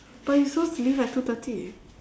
but we supposed to leave at two thirty